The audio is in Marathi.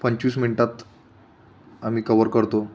पंचवीस मिनटात आम्ही कव्हर करतो